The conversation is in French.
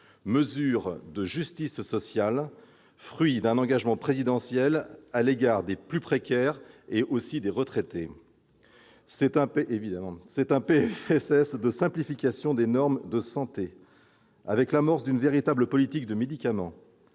mesure de justice sociale, fruit d'un engagement présidentiel à l'égard des plus précaires et des retraités. C'est un PLFSS de simplification des normes de santé, avec l'amorce d'une véritable politique du médicament,